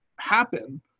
happen